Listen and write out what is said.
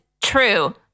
true